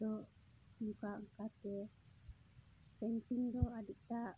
ᱟᱫᱚ ᱚᱱᱠᱟ ᱚᱱᱠᱟᱛᱮ ᱯᱮᱱᱴᱤᱝ ᱫᱚ ᱟᱹᱰᱤ ᱴᱟᱜ